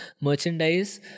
Merchandise